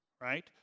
right